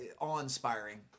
awe-inspiring